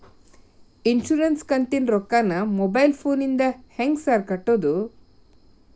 Insurance ಕಂತಿನ ರೊಕ್ಕನಾ mobile ಫೋನಿಂದ ಹೆಂಗ್ ಸಾರ್ ಕಟ್ಟದು?